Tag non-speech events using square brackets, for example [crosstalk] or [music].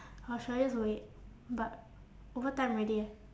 [breath] or should I just wait but overtime already eh